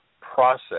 process